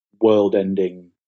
world-ending